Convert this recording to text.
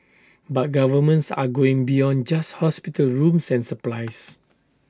but governments are going beyond just hospital rooms and supplies